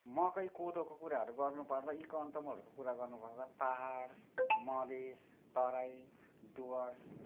मकै कोदोको कुराहरू गर्नुपर्दा यी कन्दमूलहरूको कुरा गर्नुपर्दा पाहाड मधेस तराई डुवर्स